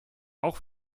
auch